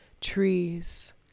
trees